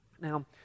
Now